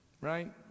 right